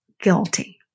guilty